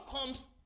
comes